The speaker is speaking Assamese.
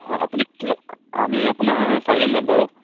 হয় আপুনি কিহত আমি আপোনাৰ চাৰিজন যাম বাৰু